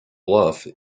bluff